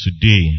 Today